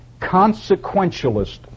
consequentialist